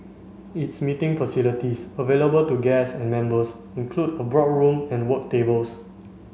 its meeting facilities available to guests and members include a boardroom and work tables